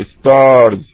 stars